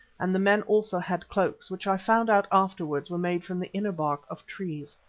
and the men also had cloaks, which i found out afterwards were made from the inner bark of trees.